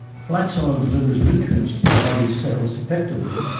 flax oil delivers nutrients to the body cells effectively,